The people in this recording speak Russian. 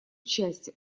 часть